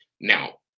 Now